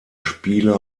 spieler